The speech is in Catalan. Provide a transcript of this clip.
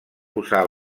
posar